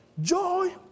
joy